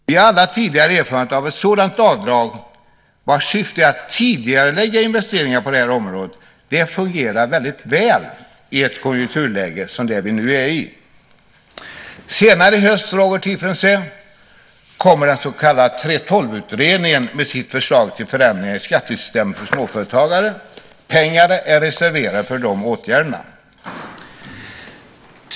Vi har alla tidigare erfarenhet av ett sådant avdrag, vars syfte är att tidigarelägga investeringar på området. Det fungerar väl i ett konjunkturläge som det vi nu är i. Senare i höst, Roger Tiefensee, kommer den så kallade 3:12-utredningen med sitt förslag till förändringar i skattesystemet för småföretagare. Pengarna är reserverade för de åtgärderna.